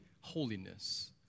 Holiness